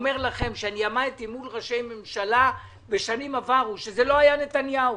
עמדתי מול ראשי ממשלה בשנים עברו, לא רק נתניהו